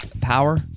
power